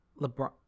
LeBron